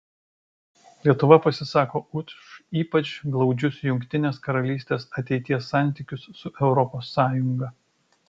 lietuva pasisako už ypač glaudžius jungtinės karalystės ateities santykius su europos sąjunga